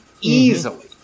easily